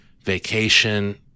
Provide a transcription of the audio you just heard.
vacation